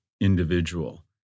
individual